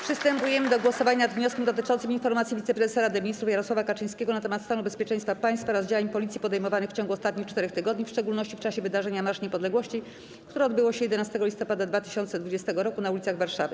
Przystępujemy do głosowania nad wnioskiem dotyczącym Informacji Wiceprezesa Rady Ministrów Jarosława Kaczyńskiego na temat stanu bezpieczeństwa państwa oraz działań Policji podejmowanych w ciągu ostatnich czterech tygodni, w szczególności w czasie wydarzenia Marsz Niepodległości, które odbyło się dnia 11 listopada 2020 r. na ulicach Warszawy.